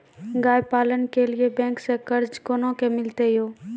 गाय पालन के लिए बैंक से कर्ज कोना के मिलते यो?